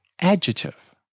adjective